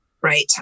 Right